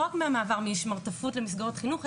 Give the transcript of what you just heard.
לא רק מהמעבר משמרטפות למסגרות חינוך,